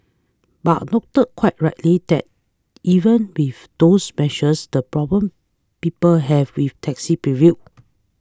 but noted quite rightly that even with those measures the problem people have with taxi prevail